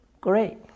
Great